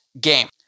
game